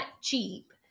cheap